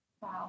wow